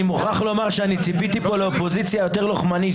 אני מוכרח לומר שציפיתי פה לאופוזיציה יותר לוחמנית,